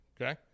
okay